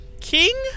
king